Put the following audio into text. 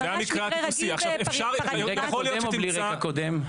זה ממש מקרה רגיל --- עם או בלי רקע קודם?